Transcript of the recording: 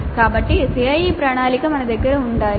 కాబట్టి CIE ప్రణాళిక మన దగ్గర ఉండాలి